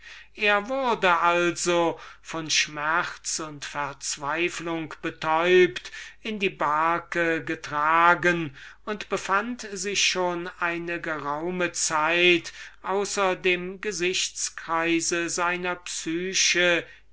er wurde also von schmerz und verzweiflung betäubt in die barke getragen und befand sich schon eine geraume zeit außer dem gesichtskreis seiner psyche